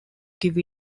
give